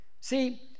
See